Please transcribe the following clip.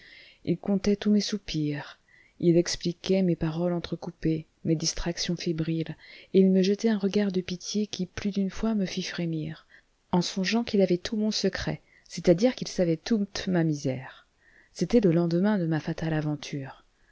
il comptait tous mes soupirs il expliquait mes paroles entrecoupées mes distractions fébriles et il me jetait un regard de pitié qui plus d'une fois me fit frémir en songeant qu'il avait tout mon secret c'est-à-dire qu'il savait toute ma misère c'était le lendemain de ma fatale aventure